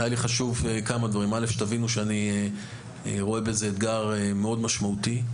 היה לי חשוב שתבינו שאני רואה בזה אתגר מאוד משמעותי.